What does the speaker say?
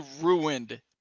ruined